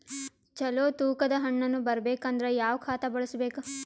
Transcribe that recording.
ಚಲೋ ತೂಕ ದ ಹಣ್ಣನ್ನು ಬರಬೇಕು ಅಂದರ ಯಾವ ಖಾತಾ ಬಳಸಬೇಕು?